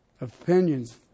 opinions